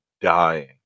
dying